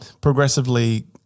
progressively